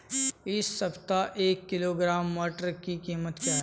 इस सप्ताह एक किलोग्राम मटर की कीमत क्या है?